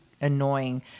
Annoying